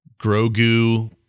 Grogu